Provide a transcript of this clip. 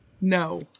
No